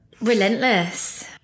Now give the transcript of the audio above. relentless